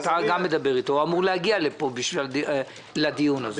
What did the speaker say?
הוא אמור להגיע לדיון הזה.